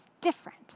different